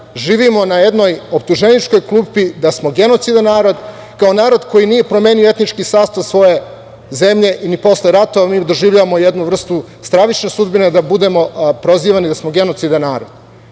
živimo na jednoj optuženičkoj klupi da smo genocidan narod, kao narod koji nije promenio ni etnički sastav svoje zemlje, ni posle ratova, mi doživljavamo jednu vrstu stravične sudbine, da budemo prozivani da smo genocidan